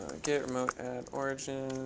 git remote add origin. i